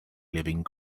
living